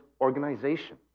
organization